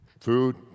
food